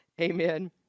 amen